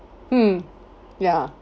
mm ya